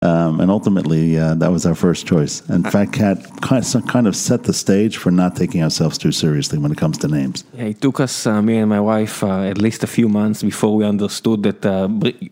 ובסופו של דבר, זו הייתה הבחירה הראשונה שלנו ופרנק קאט קצת מכין את הבמה שלא לקחת את עצמנו לגמרי ברצינות, כשזה מגיע לשמות. זה לקח לנו, לי ולאשתי, לפחות כמה חודשים לפני שהבנו ש...